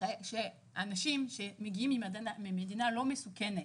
אנשים שמגיעים ממדינה לא מסוכנת,